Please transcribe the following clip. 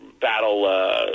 battle